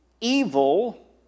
evil